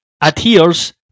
adheres